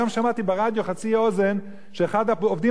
היום שמעתי ברדיו בחצי אוזן שאחד העובדים